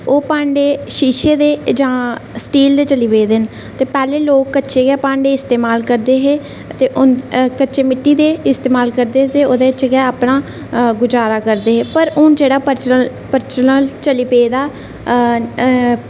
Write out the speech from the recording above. ओह् भांडे शीशे दे जां स्टील दे चली पेदे न ते पैह्लें लोक कच्चे गै भांडे इस्तेमाल करदे हे ते कच्चे मिट्टी दे गै इस्तेमाल करदे हे ते ओह्दे च गै अपना गुजारा करदे हे पर हून जेह्ड़ा प्रचलन चली पेदा